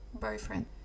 boyfriend